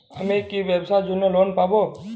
আমি কি ব্যবসার জন্য লোন পাব?